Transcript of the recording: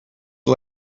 you